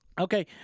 Okay